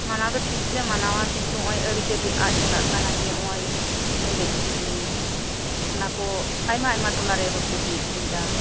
ᱢᱟᱱᱟᱣ ᱫᱚ ᱴᱷᱤᱠ ᱜᱮᱞᱮ ᱢᱟᱱᱟᱣᱟ ᱱᱚᱜᱼᱚᱭ ᱟᱹᱨᱤᱪᱟᱞᱤ ᱟᱫ ᱪᱟᱵᱟᱜ ᱠᱟᱱᱟ ᱮᱱᱮᱡ ᱥᱤᱨᱤᱧ ᱚᱱᱟᱠᱩ ᱟᱭᱢᱟᱼᱟᱭᱢᱟ ᱴᱚᱞᱟᱨᱮ ᱵᱟᱠᱩ ᱦᱩᱭ ᱦᱚᱪᱚᱭᱮᱫᱟ